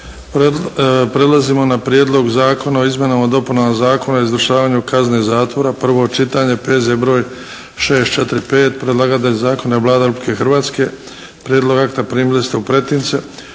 Prelazimo na – 18. Prijedlog Zakona o izmjenama i dopunama Zakona o izvršavanju kazne zatvora, prvo čitanje, P.Z. br. 645. Predlagatelj Zakona je Vlada Republike Hrvatske. Prijedlog akta primili ste u pretince.